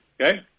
okay